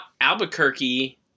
Albuquerque